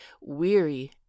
weary